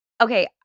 Okay